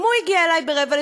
גם הוא הגיע אלי ב-23:45,